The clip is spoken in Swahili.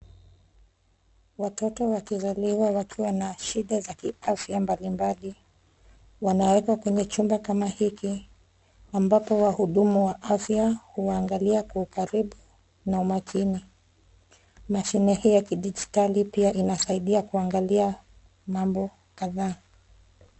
Watoto wakizaliwa wakiwa na shida za kiafya mbalimbali wanawekwa kwenye chumba kama hiki ambapo wahudumu wa afya huwaangalia kwa ukaribu na makini. Mashine hii ya kidijitali pia inasaidia kuangalia mambo kadhaa.